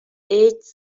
ایدز